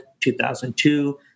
2002